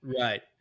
Right